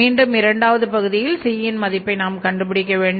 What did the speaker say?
மீண்டும் இரண்டாவது பகுதியிலும் C மதிப்பை நாம் கண்டு பிடிக்க வேண்டும்